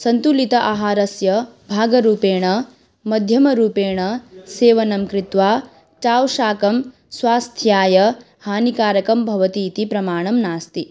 सन्तुलित आहारस्य भागरूपेण मध्यमरूपेण सेवनं कृत्वा चाव्शाकं स्वास्थ्याय हानिकारकं भवति इति प्रमाणं नास्ति